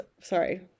Sorry